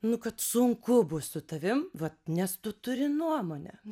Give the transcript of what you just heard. nu kad sunku bus su tavim vat nes tu turi nuomonę